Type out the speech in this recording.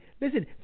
Listen